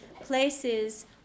places